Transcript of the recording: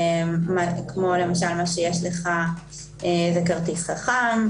כמו למשל משהו שיש לך בכרטיס חכם,